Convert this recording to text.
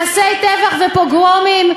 מעשי טבח ופוגרומים,